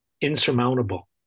insurmountable